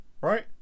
right